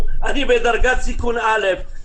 כולל שחרור של ערכות סרוגלויות ל --- אבל